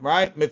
Right